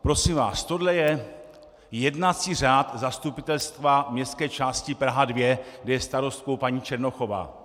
Prosím vás, tohle je jednací řád zastupitelstva Městské části Praha 2, kde je starostkou paní Černochová.